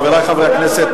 חברי חברי הכנסת,